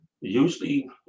Usually